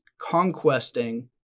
conquesting